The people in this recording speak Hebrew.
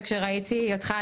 שכשראיתי אותך,